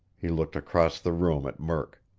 he looked across the room at murk.